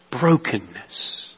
brokenness